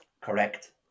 Correct